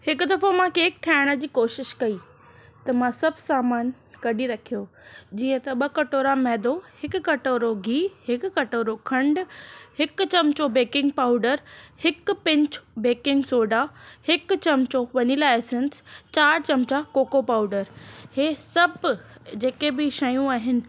हिकु दफ़ो मां केक ठाहिण जी कोशिशि कई त मां सभु सामान कढी रखियो जीअं त ॿ कटोरा मैदो हिकु कटोरो गिहु हिकु कटोरो खंडु हिकु चमचो बेकिंग पाउडर हिकु पिंच बेकिंग सोडा हिकु चमचो वेनीला ऐसेंस चारि चमचा कोको पाउडर इहे सभु जेके बि शयूं आहिनि